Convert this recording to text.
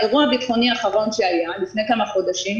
אירוע ביטחוני האחרון שהיה לפני כמה חודשים,